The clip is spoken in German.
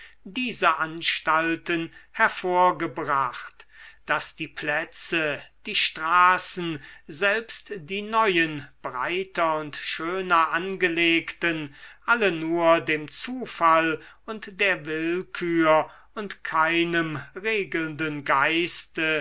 diese anstalten hervorgebracht daß die plätze die straßen selbst die neuen breiter und schöner angelegten alle nur dem zufall und der willkür und keinem regelnden geiste